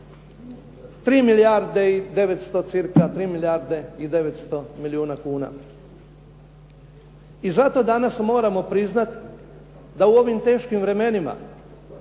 odobreno cca 3 milijarde i 900 milijuna kuna. I zato danas moramo priznat da u ovim teškim vremenima